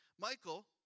Michael